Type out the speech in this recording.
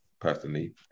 personally